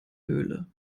höhle